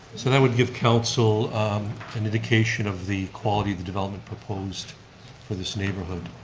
so that would give council an indication of the quality the development proposed for this neighborhood.